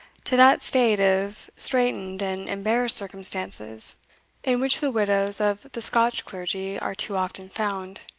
to that state of straitened and embarrassed circumstances in which the widows of the scotch clergy are too often found.